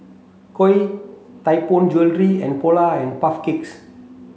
Koi Tianpo Jewellery and Polar and Puff Cakes